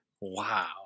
Wow